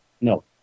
no